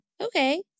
okay